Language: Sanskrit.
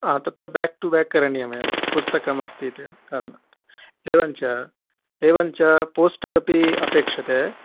हा तत्र बेक् टु बेक् करणीयमेव पुस्तकमस्तीति कारणात् एवञ्च एवञ्च पोस्टर् अपि अपेक्षते